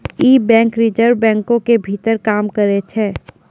इ bank reserve बैंको के भीतर काम करै छै